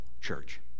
church